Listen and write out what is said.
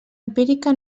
empírica